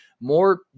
more